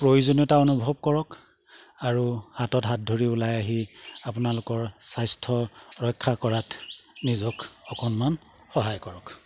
প্ৰয়োজনীয়তা অনুভৱ কৰক আৰু হাতত হাত ধৰি ওলাই আহি আপোনালোকৰ স্বাস্থ্য ৰক্ষা কৰাত নিজক অকণমান সহায় কৰক